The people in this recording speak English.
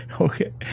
Okay